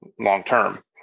long-term